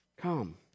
Come